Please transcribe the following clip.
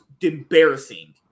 embarrassing